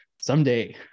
someday